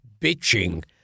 bitching